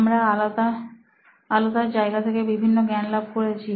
আমরা আলাদা আলাদা জায়গা থেকে বিভিন্ন জ্ঞান লাভ করেছি